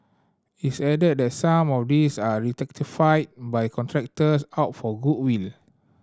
its added that some of these are rectified by contractors out of goodwill